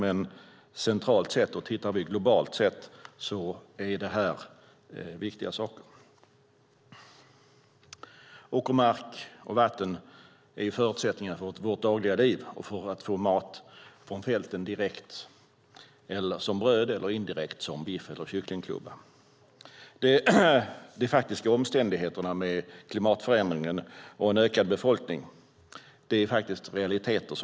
Men centralt och globalt sett är detta viktiga frågor. Åkermark och vatten är förutsättningar för vårt dagliga liv, för att få mat från fälten direkt som bröd eller indirekt som biff eller kycklingklubba. De faktiska omständigheterna med klimatförändringen och en ökande världsbefolkning är faktiskt realiteter.